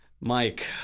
Mike